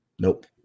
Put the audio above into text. Nope